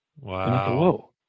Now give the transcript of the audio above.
Wow